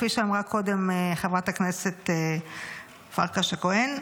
כפי שאמרה קודם חברת הכנסת פרקש הכהן,